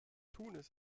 tunis